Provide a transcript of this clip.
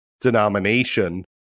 denomination